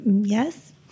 Yes